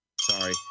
sorry